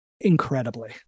Incredibly